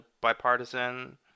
bipartisan